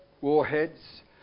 warheads